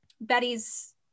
Betty's